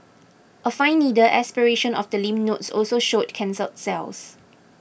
a fine needle aspiration of the lymph nodes also showed cancer cells